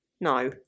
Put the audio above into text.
No